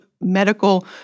medical